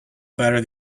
better